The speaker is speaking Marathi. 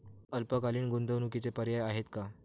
अल्पकालीन गुंतवणूकीचे पर्याय आहेत का?